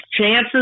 chances